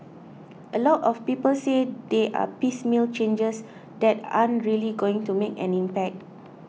a lot of people say they are piecemeal changes that aren't really going to make an impact